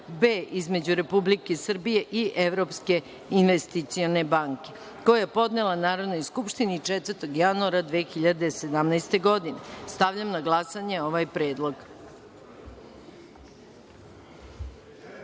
B“ između Republike Srbije i Evropske investicione banke, koji je podnela Narodnoj skupštini 4. januara 2017. godine. Stavljam na glasanje ovaj predlog. Molim